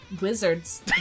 Wizards